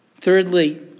Thirdly